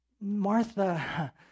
Martha